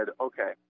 okay